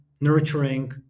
nurturing